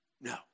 no